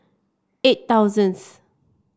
eight thousands